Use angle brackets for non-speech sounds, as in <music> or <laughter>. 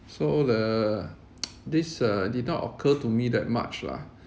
so the <noise> this uh did not occur to me that much lah